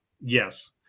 Yes